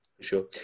Sure